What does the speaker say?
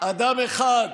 אדם אחד,